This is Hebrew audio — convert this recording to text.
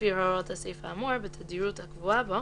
לפי הוראות הסעיף האמור בתדירות הקבועה בו,